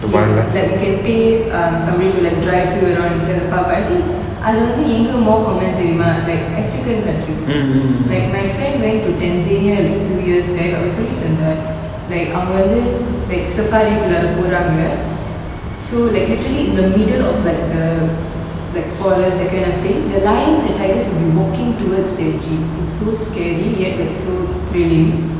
ya like you can pay um somebody to like drive you around inside the park but I think அது வந்து எங்க:adhu vanthu enga தெரியுமா:theriuma like african countries like my friend went to tanzania like two years back அவ சொல்லிட்டு இருந்தா:ava sollitu iruntha like அவ வந்து:ava vanthu like safari குள்ள போறாங்க:kulla poraanga so like literally in the middle of like the like forest that kind of thing the lions and tigers will be working towards the jeep it's so scary yet like so thrilling